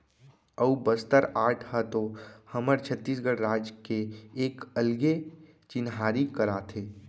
अऊ बस्तर आर्ट ह तो हमर छत्तीसगढ़ राज के एक अलगे चिन्हारी कराथे